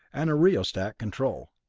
and a rheostat control.